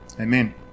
amen